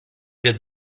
did